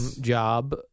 job